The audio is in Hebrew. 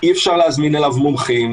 רוצה להגיד כמה מילים על החלק הזה,